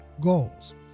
goals